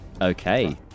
Okay